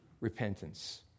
repentance